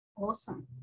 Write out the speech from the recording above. awesome